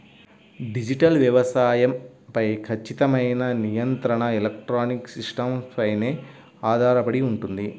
digital వ్యవసాయం పై ఖచ్చితమైన నియంత్రణ ఎలక్ట్రానిక్ సిస్టమ్స్ పైన ఆధారపడి ఉంటుంది